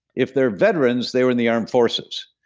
if they're veterans, they were in the armed forces.